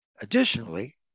Additionally